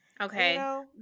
Okay